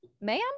ma'am